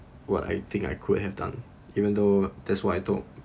what I think I could have done eventhough that's what I told